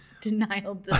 Denial